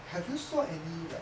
have you saw any like